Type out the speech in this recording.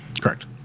correct